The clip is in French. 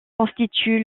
constitue